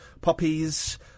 poppies